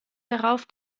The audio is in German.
darauf